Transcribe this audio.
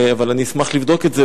אבל אשמח לבדוק את זה,